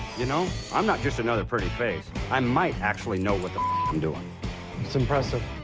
you know i'm not just another pretty face i might actually know what the i'm doing it's impressive